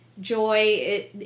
joy